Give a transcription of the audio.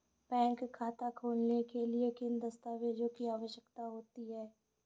Bank खाता खोलने के लिए किन दस्तावेजों की आवश्यकता होती है?